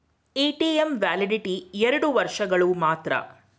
ATM validity ಎರಡು ವರ್ಷಗಳು ಮಾತ್ರ